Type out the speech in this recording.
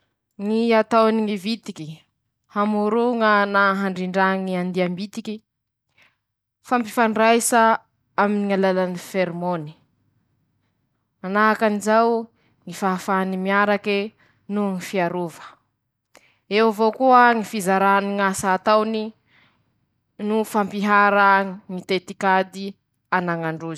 Ñy fomba hisitrihany ñy biby sasany mba hiarovany ñ'ainy<ptoa>: -Ñy fampiasany ñy fofo mantse e na foty, -Ñy fampiasany ñy hery na ñy hazo<ptoa>, -Ñy fampiasany ñy loko, -Ñy fampiasany i ñy fandrañita na ñy vinaptoa<...>.